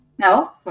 No